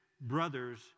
brothers